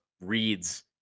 reads